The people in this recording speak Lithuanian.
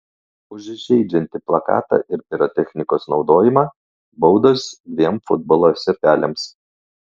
už įžeidžiantį plakatą ir pirotechnikos naudojimą baudos dviem futbolo sirgaliams